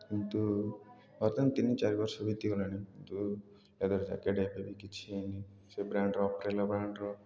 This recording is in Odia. କିନ୍ତୁ ବର୍ତ୍ତମାନ ତିନି ଚାରି ବର୍ଷ ବିତି ଗଲାଣି କିନ୍ତୁ ଲେଦର୍ ଜ୍ୟାକେଟ୍ ଏବେ ବି କିଛି ହୋଇନି ସେ ବ୍ରାଣ୍ଡର ଅପରିଲିଆ ବ୍ରାଣ୍ଡର୍